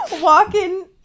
walking